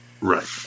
Right